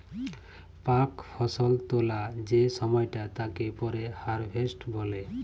পাক ফসল তোলা যে সময়টা তাকে পরে হারভেস্ট বলে